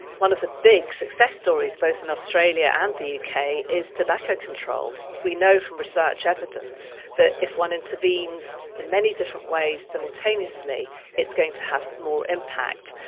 one of the big success stories, both in australia and the uk, is tobacco control. we know from research evidence that if one intervenes in many different ways simultaneously it's going to have more impact.